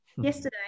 Yesterday